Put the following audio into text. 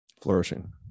flourishing